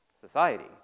Society